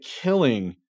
killing